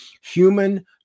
Human